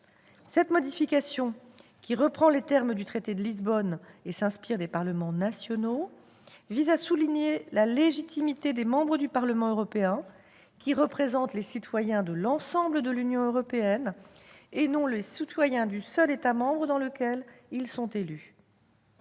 Cette modification, qui reprend les termes du traité de Lisbonne et s'inspire des parlements nationaux, vise à souligner la légitimité des membres du Parlement européen, qui représentent les citoyens de l'ensemble de l'Union européenne et non les citoyens du seul État membre dans lequel ils sont élus.